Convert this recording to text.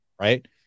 right